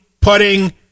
putting